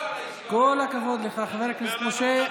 לאחר שסיכלנו את המזימה הזאת,